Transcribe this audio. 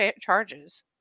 charges